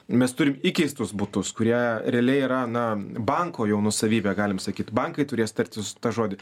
mes turim įkeistus butus kurie realiai yra na banko jau nuosavybė galim sakyti bankai turės tartis tą žodį